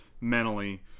mentally